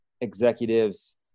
executives